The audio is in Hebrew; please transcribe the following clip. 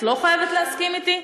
את לא חייבת להסכים אתי.